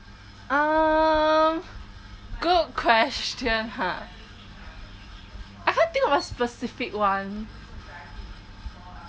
uh good question ha I can't think of a specific one